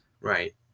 Right